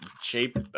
shape